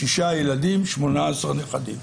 שישה ילדים ו-18 נכדים.